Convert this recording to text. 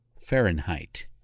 Fahrenheit